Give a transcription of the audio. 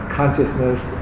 consciousness